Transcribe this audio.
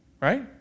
right